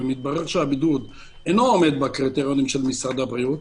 ומתברר שהבידוד אינו עומד בקריטריונים של משרד הבריאות,